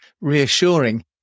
reassuring